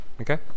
okay